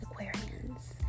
Aquarians